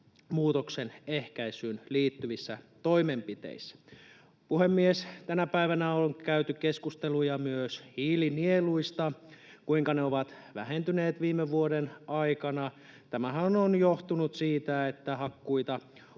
ilmastonmuutoksen ehkäisyyn liittyvissä toimenpiteissä. Puhemies! Tänä päivänä on käyty keskusteluja myös hiilinieluista, kuinka ne ovat vähentyneet viime vuoden aikana. Tämähän on johtunut siitä, että hakkuita